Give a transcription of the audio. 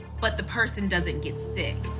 but the person doesn't get sick.